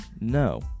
no